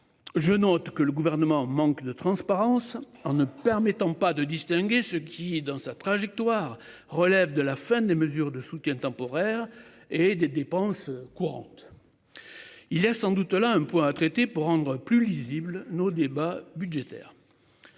Je note que le gouvernement manque de transparence en ne permettant pas de distinguer ce qui est dans sa trajectoire relève de la fin des mesures de soutien temporaire et des dépenses courantes. Il est sans doute là un point traiter pour rendre plus lisible nos débats budgétaires.